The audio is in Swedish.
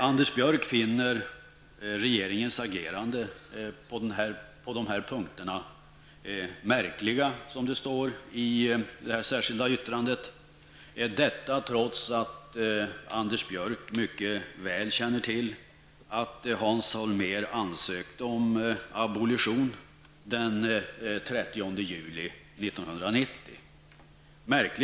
Anders Björck finner regeringens agerande på det här punkterna märkligt som det står i det särskilda yttrandet. Detta trots att Anders Björck mycket väl känner till att Hans Holmér ansökte om abolition den 30 juli 1990.